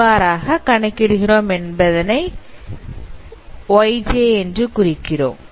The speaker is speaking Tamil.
இவ்வாறாக கணக்கிடுகிறோம் அதனை yj என்று குறிக்கிறோம்